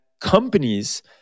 companies